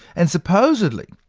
and supposedly,